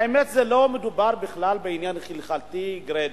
האמת, לא מדובר בכלל בעניין הלכתי גרידא.